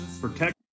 protect